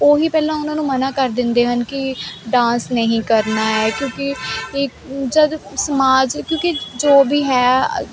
ਉਹੀ ਪਹਿਲਾਂ ਉਹਨਾਂ ਨੂੰ ਮਨਾ ਕਰ ਦਿੰਦੇ ਹਨ ਕਿ ਡਾਂਸ ਨਹੀਂ ਕਰਨਾ ਹੈ ਕਿਉਂਕਿ ਜਦ ਸਮਾਜ ਕਿਉਂਕਿ ਜੋ ਵੀ ਹੈ ਜੋ ਵੀ